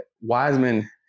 Wiseman